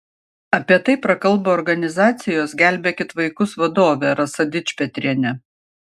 apie tai prakalbo organizacijos gelbėkit vaikus vadovė rasa dičpetrienė